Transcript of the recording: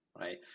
Right